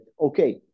okay